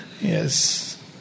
Yes